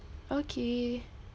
okay